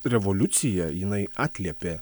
revoliucija jinai atliepė